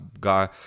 guy